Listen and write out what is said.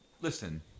listen